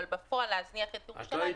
אבל בפועל להזניח את ירושלים,